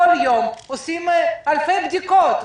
כל יום עושות אלפי בדיקות,